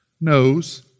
knows